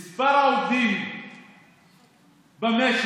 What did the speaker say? זה כואב לכם שמספר, לציבור כואב היום,